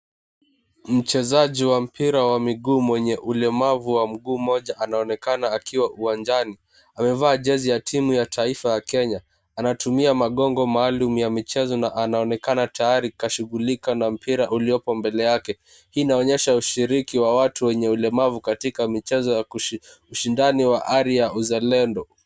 Mchezaji wa mpira wa miguu mwenye ulemavu wa mguu moja anaonekana akiwa uwanjani. Amevaa jezi ya timu ya taifa ya Kenya anatumia magongo maalum ya michezo na anaonekana tayari kashughulika na mpira uliopo mbele yake. Hii inaonyesha ushiriki wa watu wenye ulemavu katika miochezo ya ushindani wa ari ya uzalendo.